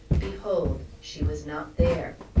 behold! she was not there.